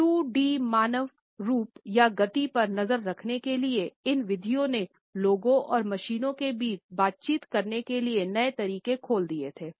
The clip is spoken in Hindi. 2 डी मानव रूप या गति पर नज़र रखने के लिए इन विधियाँ ने लोगों और मशीनों के बीच बातचीत करने के नए तरीके खोल दिए थे